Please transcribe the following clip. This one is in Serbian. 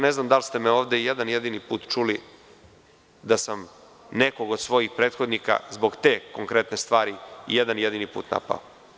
Ne znam da li ste me ovde jedan jedini put čuli da sam nekog od svojih prethodnika zbog te konkretne stvari jedan jedini put napao.